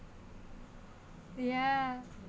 ya